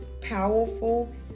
powerful